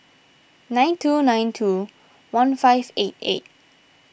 nine two nine two one five eight eight